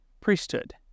priesthood